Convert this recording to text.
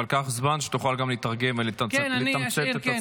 אבל קח זמן כדי שתוכל גם לתרגם ולתמצת את עצמך.